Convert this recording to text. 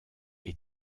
est